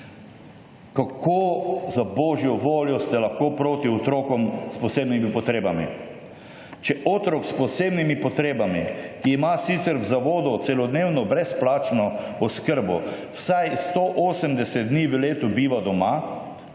Kako za božjo voljo ste lahko proti otrokom s posebnimi potrebami? Če otrok s posebnimi potrebami ima sicer v zavodu celodnevno brezplačno oskrbo, vsaj 180 dni v letu biva doma,